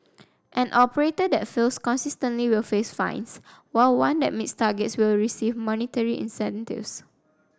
an operator that fails consistently will face fines while one that meets targets will receive monetary incentives